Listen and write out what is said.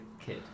kid